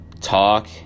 talk